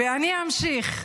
ואני אמשיך.